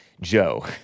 Joe